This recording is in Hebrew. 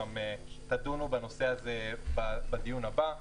תדונו בנושא הזה בדיון הבא.